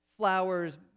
Flowers